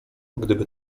gdyby